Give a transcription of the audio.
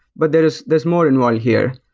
but there's there's more involved here.